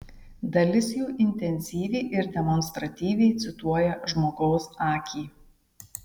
dalis jų intensyviai ir demonstratyviai cituoja žmogaus akį